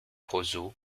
roseaux